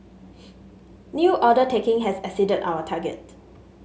new order taking has exceeded our target